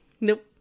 nope